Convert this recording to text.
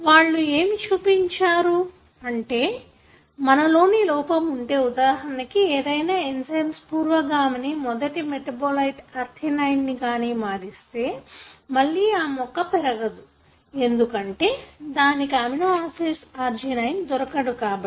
వాళ్ళు ఏమి చూపించారు అంటే మనలో లోపం ఉంటే ఉదాహరణకు ఏదైనా ఎంజయ్మ్స్ పూర్వగామిని మొదటి మెటాబోలైట్ అరిథినైన్ కు మారిస్తే మళ్ళీ ఆ మొక్క పెరగదు ఎందుకంటే దానికి అమినోయాసిడ్ అర్జినైన్ దొరకదు కాబట్టి